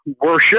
worship